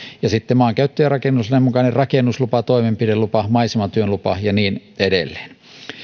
ja sitten maankäyttö ja rakennuslain mukainen rakennuslupa toimenpidelupa maisematyön lupa ja niin edelleen